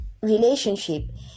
relationship